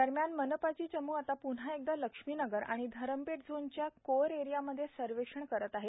दरम्यान मनपाची चमू आता पुन्हा एकदा लक्ष्मीनगर आणि धरमपेठ झोनच्या कोअर एरियामध्ये सर्व्हेक्षण करत आहे